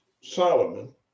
Solomon